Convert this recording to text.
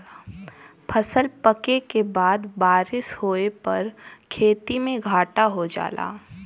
फसल पके के बाद बारिस होए पर खेती में घाटा हो जाला